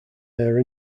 air